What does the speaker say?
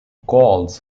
calls